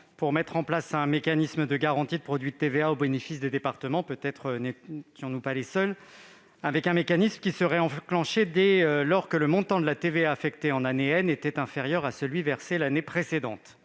à mettre en place un mécanisme de garantie du produit de la TVA au bénéfice des départements. Peut-être n'étions-nous pas les seuls ? Ce mécanisme se serait déclenché dès lors que le montant de la TVA affecté en année aurait été inférieur à celui qui a été versé l'année précédente.